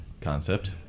concept